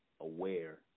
aware